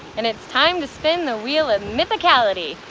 and it's time to spin the wheel of mythicality.